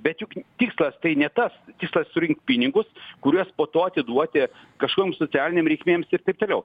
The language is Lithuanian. bet juk tikslas tai ne tas tikslas surinkt pinigus kuriuos po to atiduoti kažkiom socialinėm reikmėms ir taip toliau